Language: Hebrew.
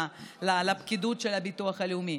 לפקידות של הביטוח הלאומי,